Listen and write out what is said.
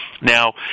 Now